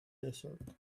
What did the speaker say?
desert